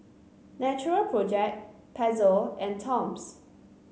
Natural Project Pezzo and Toms